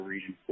Region